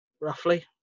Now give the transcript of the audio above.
Roughly